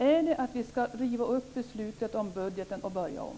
Är det att vi ska riva upp beslutet om budgeten och börja om?